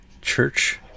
church